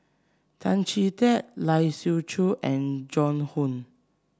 Tan Chee Teck Lai Siu Chiu and Joan Hon